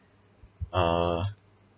uh